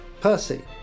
Percy